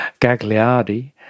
Gagliardi